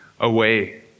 away